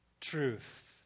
truth